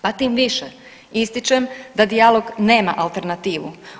Pa tim više ističem da dijalog nema alternativu.